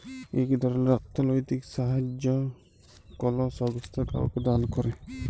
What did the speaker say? ইক ধরলের অথ্থলৈতিক সাহাইয্য কল সংস্থা কাউকে দাল ক্যরে